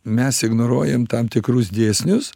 mes ignoruojam tam tikrus dėsnius